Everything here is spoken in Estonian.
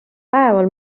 päeval